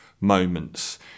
moments